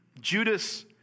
Judas